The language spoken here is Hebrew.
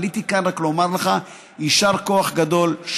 עליתי כאן רק כדי לומר לך יישר כוח גדול,